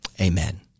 Amen